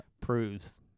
proves